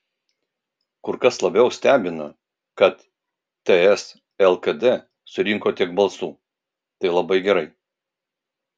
kur kas labiau stebina kad ts lkd surinko tiek balsų tai labai gerai